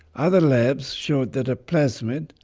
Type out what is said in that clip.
other labs showed that a plasmid,